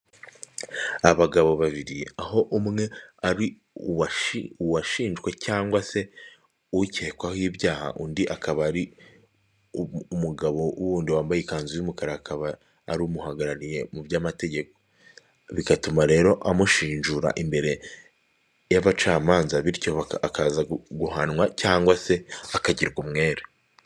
Abagabo babiri aho umwe ari uwashinjwe cyangwa se, ukekwaho ibyaha undi akaba ari umugabo wundi wambaye ikanzu y'umukara akaba ari umuhagarariye mu by'amategeko bigatuma rero amushinjura imbere y'abacamanza bityo, akaza guhanwa cyangwa se akagirwa umwere.